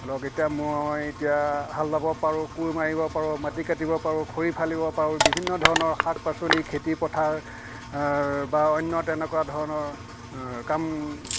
ধৰি লওক এতিয়া মই এতিয়া হাল বাব পাৰোঁ কোৰ মাৰিব পাৰোঁ মাটি কাটিব পাৰোঁ খৰি ফালিব পাৰোঁ বিভিন্ন ধৰণৰ শাক পাচলি খেতি পথাৰ বা অন্য তেনেকুৱা ধৰণৰ কাম